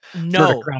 No